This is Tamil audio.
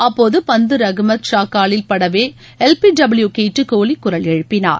அப்போது பந்து ரஹ்மத் ஷர் காலில் படவே எல் பி டபுள்யு கேட்டு கோஹ்லி குரல் எழுப்பினார்